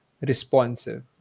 responsive